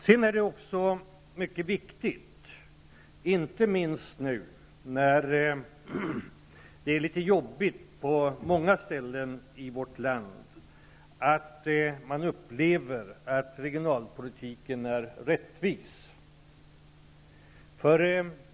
Sedan är det också mycket viktigt, inte minst nu när det är litet jobbigt på många ställen i vårt land, att man upplever att regionalpolitiken är rättvis.